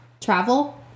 Travel